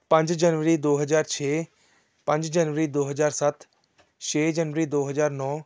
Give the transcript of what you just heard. ਪੰਜ ਜਨਵਰੀ ਦੋ ਹਜ਼ਾਰ ਛੇ ਪੰਜ ਜਨਵਰੀ ਦੋ ਹਜ਼ਾਰ ਸੱਤ ਛੇ ਜਨਵਰੀ ਦੋ ਹਜ਼ਾਰ ਨੌ